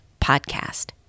podcast